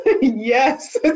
Yes